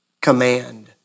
Command